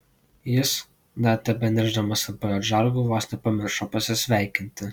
jis dar tebeniršdamas ant pajodžargų vos nepamiršo pasisveikinti